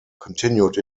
continued